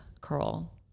curl